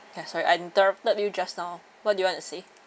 ya sorry I interrupted you just now what do you want to say